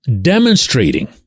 demonstrating